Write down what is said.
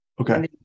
Okay